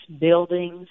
buildings